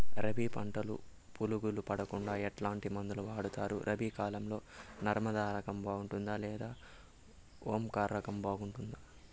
రబి పంటల పులుగులు పడకుండా ఎట్లాంటి మందులు వాడుతారు? రబీ కాలం లో నర్మదా రకం బాగుంటుందా లేదా ఓంకార్ రకం బాగుంటుందా?